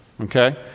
okay